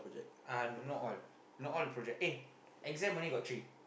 uh not all not all project eh exam only got three